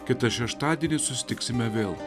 kitą šeštadienį susitiksime vėl